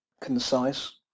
concise